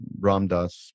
Ramdas